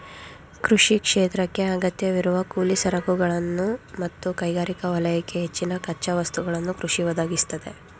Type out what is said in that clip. ಕೃಷಿ ಕ್ಷೇತ್ರಕ್ಕೇ ಅಗತ್ಯವಿರುವ ಕೂಲಿ ಸರಕುಗಳನ್ನು ಮತ್ತು ಕೈಗಾರಿಕಾ ವಲಯಕ್ಕೆ ಹೆಚ್ಚಿನ ಕಚ್ಚಾ ವಸ್ತುಗಳನ್ನು ಕೃಷಿ ಒದಗಿಸ್ತದೆ